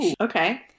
Okay